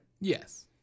Yes